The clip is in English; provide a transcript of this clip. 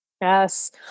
Yes